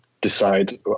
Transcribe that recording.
decide